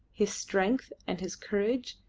his strength and his courage,